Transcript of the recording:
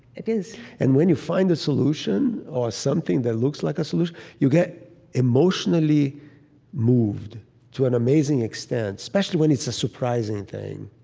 it is and when you find the solution or something that looks like a solution, you get emotionally moved to an amazing extent, especially when it's a surprising thing.